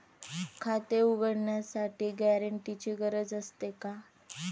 खाते उघडण्यासाठी गॅरेंटरची गरज असते का?